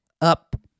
up